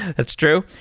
that's true.